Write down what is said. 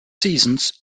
seasons